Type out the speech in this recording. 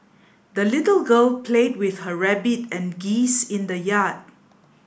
the little girl played with her rabbit and geese in the yard